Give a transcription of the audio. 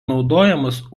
naudojamas